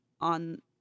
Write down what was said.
on